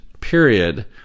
period